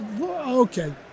Okay